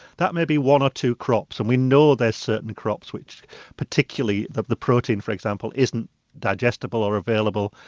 that maybe one or two crops, and we know there's certain crops which particularly that the protein for example isn't digestible or available,